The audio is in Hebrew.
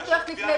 הם מתנהלים בשלוש,